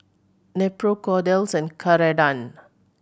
Nepro Kordel's and Keradan